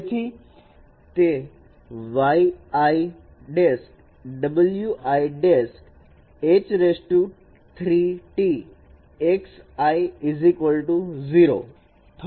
તેથી તે થવું જોઈએ